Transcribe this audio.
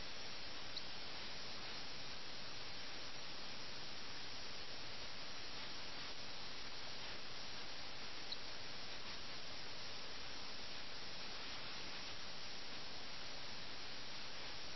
അതിനാൽ ഈ ഗെയിം സംഘർഷങ്ങൾ നിറഞ്ഞതാണ് ഇത് ആക്രമണത്തെക്കുറിച്ചാണ് ഇത് എതിർ നീക്കങ്ങളെക്കുറിച്ചാണ് ഇത് രാജാവിനെ ചെക്ക്മേറ്റ് ചെയ്യുന്നതിനെക്കുറിച്ചാണ് ഇത് നൈറ്റിനെയും അതുപോലുള്ളതിനെ കൊല്ലുന്നതിനെക്കുറിച്ചുമാണ്